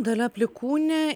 dalia plikūnė